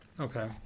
Okay